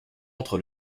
entre